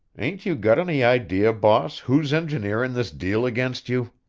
ain't you got any idea, boss, who's engineerin' this deal against you?